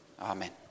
Amen